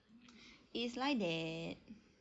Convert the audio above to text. it's like that